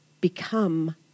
become